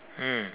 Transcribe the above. mm